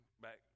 back